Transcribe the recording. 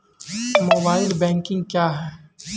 Mobile banking क्या हैं?